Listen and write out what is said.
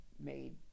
made